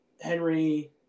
Henry